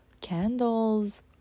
candles